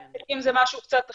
עסקים זה משהו קצת אחר,